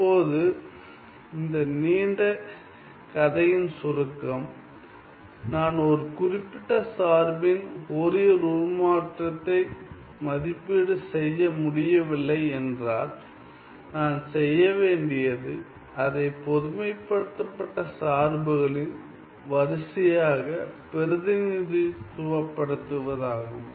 இப்போது இந்த நீண்ட கதையின் சுருக்கம் நான் ஒரு குறிப்பிட்ட சார்பின் ஃபோரியர் உருமாற்றத்தை மதிப்பீடு செய்ய முடியவில்லை என்றால் நான் செய்ய வேண்டியது அதை பொதுமைப்படுத்தப்பட்ட சார்புகளின் வரிசையாக பிரதிநிதித்துவப்படுத்துவதாகும்